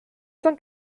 cent